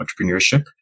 entrepreneurship